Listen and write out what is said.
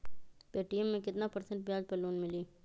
Paytm मे केतना percent ब्याज पर लोन मिली?